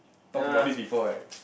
talk about this before right